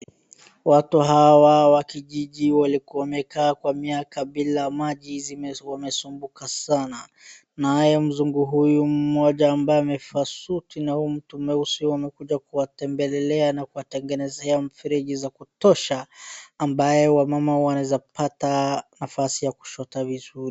Watu hawa wa kijiji walikuwa wamekaa miaka bila maji walikuwa wamesumbuka sana. Naye mzungu huyu mmoja ambaye amevaa suti na huyu mtu mweusi wamekuja kumtembelelea na kuwaatengenezea mfereji za kutosha ambaye wamama wanaweza pata nafasi ya kushota